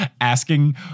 asking